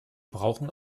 brauchen